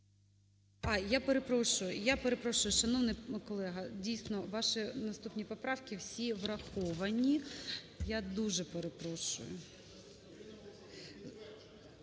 я перепрошую, шановний колега, дійсно, ваші наступні поправки всі враховані. Я дуже перепрошую.